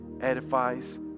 edifies